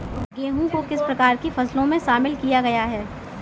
गेहूँ को किस प्रकार की फसलों में शामिल किया गया है?